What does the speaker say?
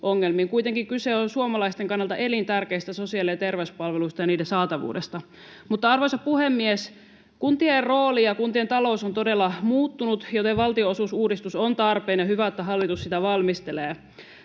Kuitenkin kyse on suomalaisten kannalta elintärkeistä sosiaali- ja terveyspalveluista ja niiden saatavuudesta. Arvoisa puhemies! Kuntien rooli ja kuntien talous ovat todella muuttuneet, joten valtionosuusuudistus on tarpeen, ja on hyvä, että hallitus sitä valmistelee.